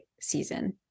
season